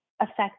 affect